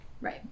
right